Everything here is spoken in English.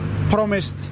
promised